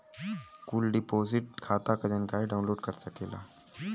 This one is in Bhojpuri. कुल डिपोसिट खाता क जानकारी डाउनलोड कर सकेला